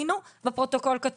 היינו, וכתוב בפרוטוקול.